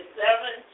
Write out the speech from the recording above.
seven